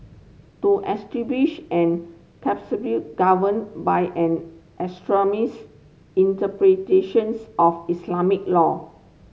to establish an caliphate governed by an extremist interpretations of Islamic law